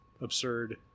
absurd